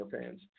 fans